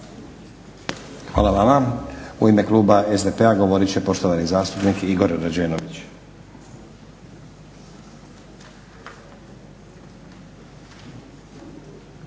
Hvala vama. U ime kluba SDP-a govorit će zastupnik Igor Rađenović.